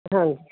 ਹਾਂਜੀ